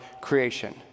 creation